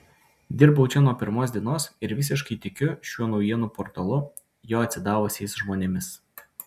dirbau čia nuo pirmos dienos ir visiškai tikiu šiuo naujienų portalu jo atsidavusiais žmonėmis